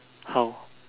how